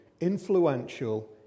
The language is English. influential